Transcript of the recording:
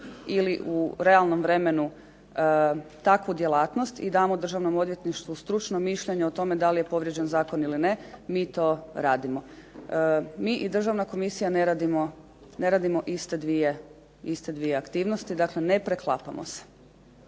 ili u realnom vremenu takvu djelatnost, i damo Državnom odvjetništvu stručno mišljenje o tome da li je povrijeđen zakon ili ne, mi to radimo. Mi i državna komisija ne radimo iste dvije aktivnosti, dakle ne preklapamo se.